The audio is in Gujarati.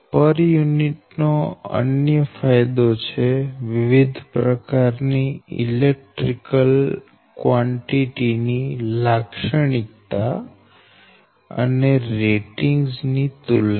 પર યુનિટ નો અન્ય ફાયદો છે વિવિધ પ્રકાર ની ઇલેક્ટ્રિકલ કવાંટીટી ની લાક્ષણિકતા અને રેટિંગ ની તુલના